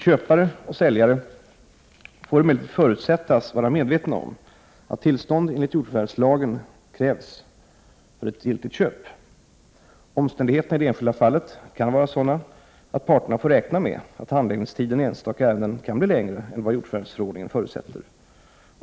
Köpare och säljare får emellertid förutsättas vara medvetna om att tillstånd enligt jordförvärvslagen krävs för ett giltigt köp. Omständigheterna i det enskilda fallet kan vara sådana att parterna får räkna med att handläggningstiden i enstaka ärenden kan bli längre än vad jordförvärvsförordningen förutsätter.